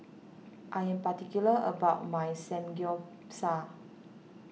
I am particular about my Samgeyopsal